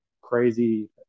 crazy